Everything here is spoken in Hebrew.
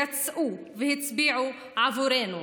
יצאו והצביעו עבורנו,